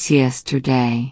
yesterday